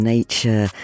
Nature